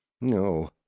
No